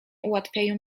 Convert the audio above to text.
ułatwiają